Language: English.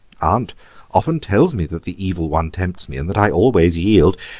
aunt often tells me that the evil one tempts me and that i always yield.